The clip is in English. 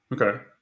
Okay